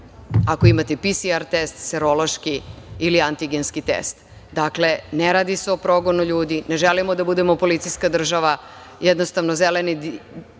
ako imate PCR test, serološki ili antigenski test. Dakle, ne radi se o progonu ljudi, ne želimo da budemo policijska država. Jednostavno, zeleni